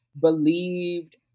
believed